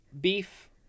Beef